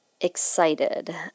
excited